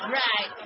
right